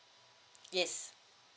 yes